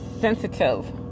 sensitive